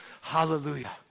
Hallelujah